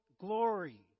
glory